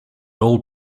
old